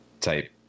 type